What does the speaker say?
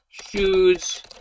Shoes